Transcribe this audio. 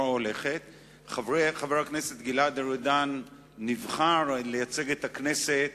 חבר הכנסת גלעד ארדן נבחר לייצג את הכנסת